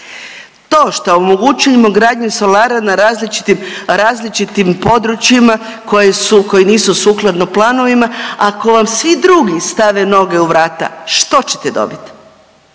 To što omogućujemo gradnju solara na različitim područjima koji nisu sukladno planovima. Ako vam svi drugi stave noge u vrata što ćete dobiti?